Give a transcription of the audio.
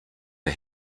der